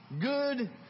good